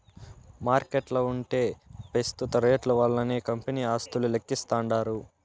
మార్కెట్ల ఉంటే పెస్తుత రేట్లు వల్లనే కంపెనీ ఆస్తులు లెక్కిస్తాండారు